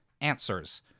answers